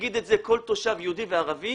יגיד את זה כל תושב יהודי וערבי.